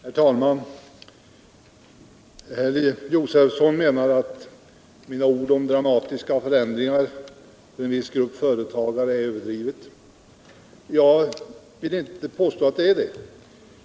Herr talman! Herr Josefson menar att mina ord om dramatiska förändringar för en viss grupp företagare är överdrivna. Jag vill inte hålla med om att de är det.